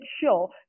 sure